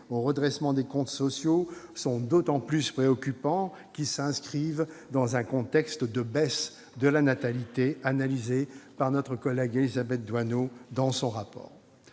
au redressement des comptes sociaux sont d'autant plus préoccupants qu'ils s'inscrivent dans un contexte de baisse de la natalité, phénomène analysé par notre collègue Élisabeth Doineau dans son rapport.